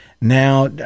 now